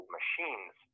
machines